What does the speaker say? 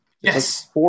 Yes